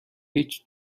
هیچ